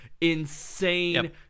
insane